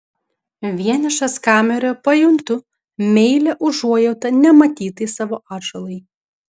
vienišas kameroje pajuntu meilią užuojautą nematytai savo atžalai